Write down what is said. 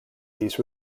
these